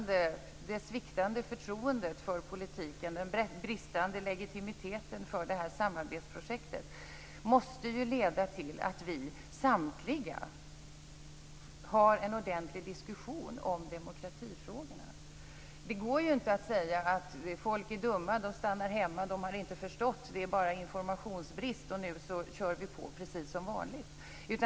Det sviktande förtroendet för politiken, den bristande legitimiteten för det här samarbetsprojektet måste leda till att vi, samtliga, för en ordentlig diskussion om demokratifrågorna. Det går inte att säga att folk är dumma, de stannar hemma, de har inte förstått. Det är bara informationsbrist, och nu kör vi på precis som vanligt.